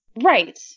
Right